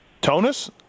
Tonus